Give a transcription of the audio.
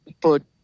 put